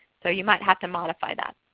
so you may have to modify that.